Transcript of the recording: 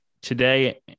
today